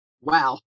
Wow